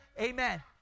Amen